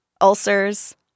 ulcers